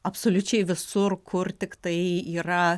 absoliučiai visur kur tiktai yra